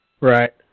Right